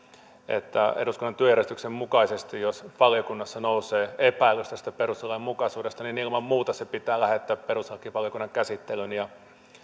että eduskunnan työjärjestyksen mukaisesti jos valiokunnassa nousee epäilys tästä perustuslainmukaisuudesta ilman muuta se pitää lähettää perustuslakivaliokunnan käsittelyyn